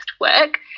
work